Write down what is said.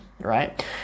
Right